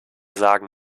sagen